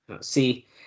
See